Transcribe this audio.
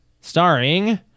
Starring